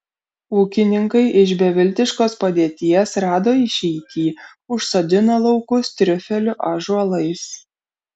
ūkininkai iš beviltiškos padėties rado išeitį užsodino laukus triufelių ąžuolais